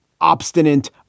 obstinate